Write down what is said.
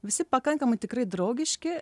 visi pakankamai tikrai draugiški